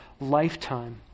lifetime